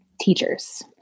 teachers